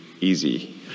easy